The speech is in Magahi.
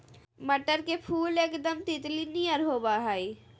मटर के फुल एकदम तितली नियर होबा हइ